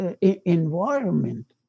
environment